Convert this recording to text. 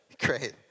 Great